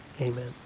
Amen